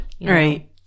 right